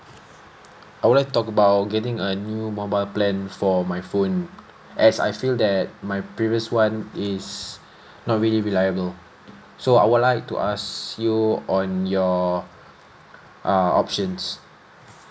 I would like to talk about getting a new mobile plan for my phone as I feel that my previous one is not really reliable so I would like to ask you on your uh options